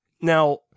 Now